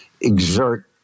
exert